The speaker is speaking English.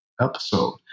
episode